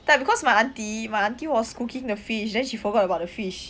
tak because my aunty my aunty was cooking the fish then she forgot about the fish